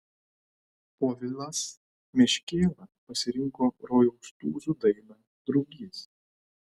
povilas meškėla pasirinko rojaus tūzų dainą drugys